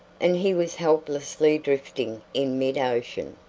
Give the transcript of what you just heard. and he was helplessly drifting in mid-ocean.